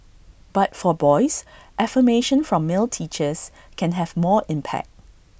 but for boys affirmation from male teachers can have more impact